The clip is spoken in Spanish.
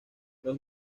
los